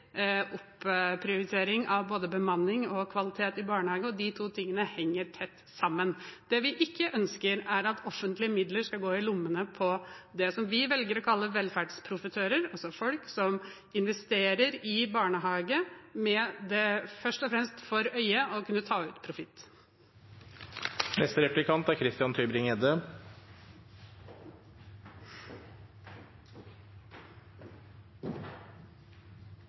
av både bemanning og kvalitet i barnehagen, og de to tingene henger tett sammen. Det vi ikke ønsker, er at offentlige midler skal gå i lommene på det som vi velger å kalle velferdsprofitører, altså folk som investerer i barnehage først og fremst med det for øye å kunne ta ut profitt. Det er